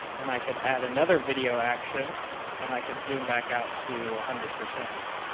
and i could add another video action and i could zoom back out to a hundred percent.